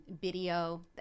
video